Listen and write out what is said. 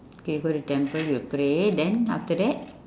okay go to temple you will pray then after that